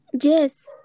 Yes